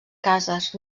cases